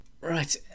Right